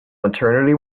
maternity